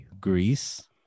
greece